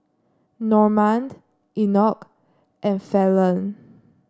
Normand Enoch and Falon